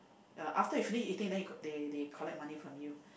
uh after you finished eating then you they they collect money from you